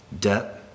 debt